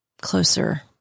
closer